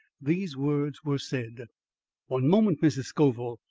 these words were said one moment, mrs. scoville.